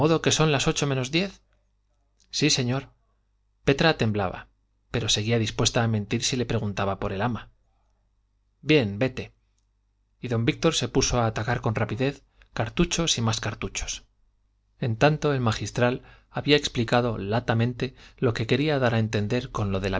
que son las ocho menos diez sí señor petra temblaba pero seguía dispuesta a mentir si le preguntaba por el ama bien vete y don víctor se puso a atacar con rapidez cartuchos y más cartuchos en tanto el magistral había explicado latamente lo que quería dar a entender con lo de